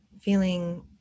feeling